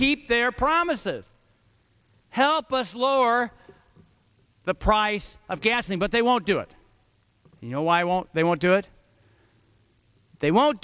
keep their promises help us lower the price of gasoline but they won't do it why won't they won't do it they won't